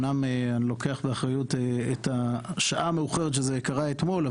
ואני לוקח באחריות את השעה המאוחרת שזה קרה אתמול,